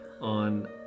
on